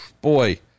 Boy